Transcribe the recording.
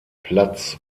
platz